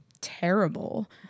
terrible